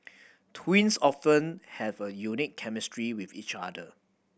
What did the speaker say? twins often have a unique chemistry with each other